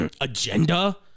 agenda